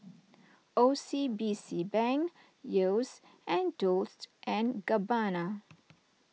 O C B C Bank Yeo's and Dolce and Gabbana